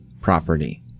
property